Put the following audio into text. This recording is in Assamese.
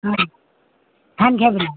হয় ধান খেৰ বিলাক